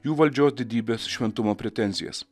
jų valdžios didybės šventumo pretenzijas